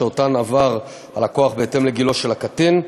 שאותן עבר הלקוח בהתאם לגילו של הקטין.